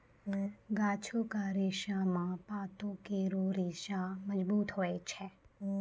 गाछो क रेशा म पातो केरो रेशा मजबूत होय छै